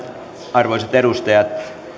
arvoisat edustajat